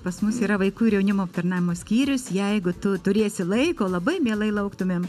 pas mus yra vaikų ir jaunimo aptarnavimo skyrius jeigu tu turėsi laiko labai mielai lauktumėm